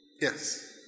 yes